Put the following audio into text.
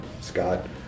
Scott